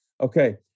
okay